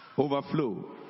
Overflow